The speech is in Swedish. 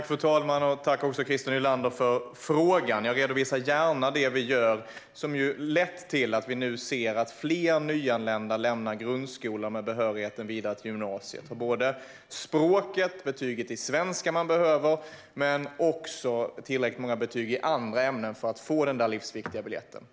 Fru talman! Tack för frågan, Christer Nylander! Jag redovisar gärna det vi gör, som har lett till att vi nu ser att fler nyanlända lämnar grundskolan med behörighet till gymnasiet. Det gäller inte bara språket, det vill säga det betyg i svenska man behöver, utan också betyg i tillräckligt många andra ämnen för att man ska få den där livsviktiga biljetten.